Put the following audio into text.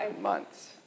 months